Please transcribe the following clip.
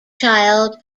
child